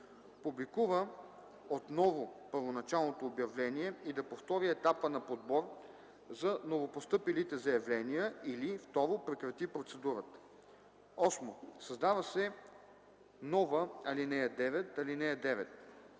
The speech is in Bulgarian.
публикува отново първоначалното обявление и да повтори етапа на подбор за новопостъпилите заявления, или 2. прекрати процедурата.” 8. Създава се нова ал. 9: